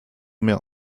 mehr